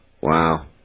Wow